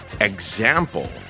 example